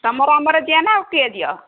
ତୁମର ଆମର ଯିବା ନା ଆଉ କିଏ ଯିବ